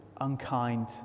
unkind